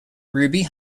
ruby